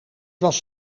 was